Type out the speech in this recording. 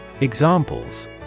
Examples